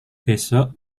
besok